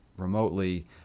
remotely